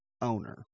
owner